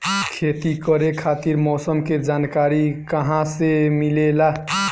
खेती करे खातिर मौसम के जानकारी कहाँसे मिलेला?